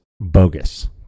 bogus